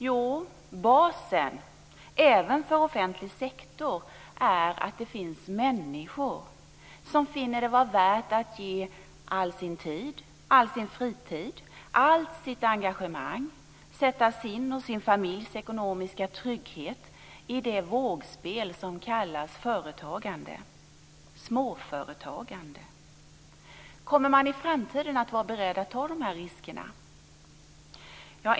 Jo, basen, även för offentlig sektor, är att det finns människor som finner det vara värt att ge all sin tid, all sin fritid, allt sitt engagemang och att sätta sin familjs ekonomiska trygghet i det vågspel som kallas företagande, småföretagande. Kommer man i framtiden att vara beredd att ta dessa risker?